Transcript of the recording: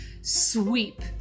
sweep